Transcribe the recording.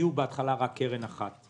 בהתחלה הייתה לנו קרן אחת.